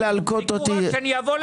חיכו רק שאני אבוא לפה.